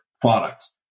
products